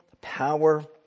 power